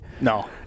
No